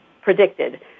predicted